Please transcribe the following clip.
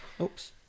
Oops